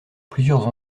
plusieurs